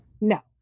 No